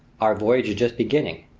our voyage is just beginning,